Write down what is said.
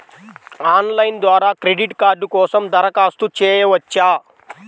Online ద్వారా credit card కోసం దరఖాస్తు చేయవచ్చా?